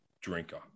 drinker